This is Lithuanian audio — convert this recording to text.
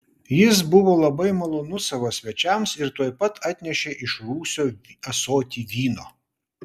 jis buvo labai malonus savo svečiams ir tuoj pat atnešė iš rūsio ąsotį vyno